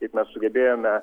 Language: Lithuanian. kaip mes sugebėjome